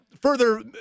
further